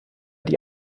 die